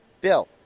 Bill